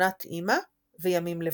"לתמונת אמא" ו"ימים לבנים".